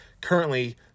Currently